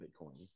Bitcoin